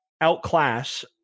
outclass